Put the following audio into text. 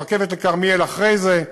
הרכבת לכרמיאל אחרי זה.